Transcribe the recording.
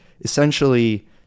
essentially